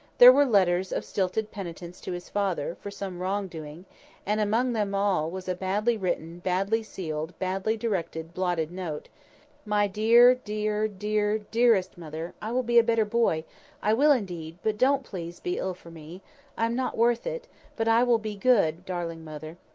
there were letters of stilted penitence to his father, for some wrong-doing and among them all was a badly-written, badly-sealed, badly-directed, blotted note my dear, dear, dear, dearest mother, i will be a better boy i will, indeed but don't, please, be ill for me i am not worth it but i will be good, darling mother.